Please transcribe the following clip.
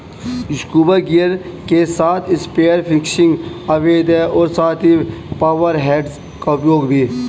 scuba gear के साथ spear fishing अवैध है और साथ ही पावर हेड्स का उपयोग भी